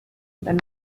wenn